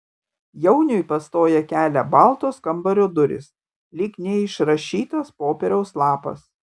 jauniui pastoja kelią baltos kambario durys lyg neišrašytas popieriaus lapas